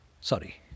Sorry